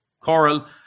coral